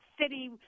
City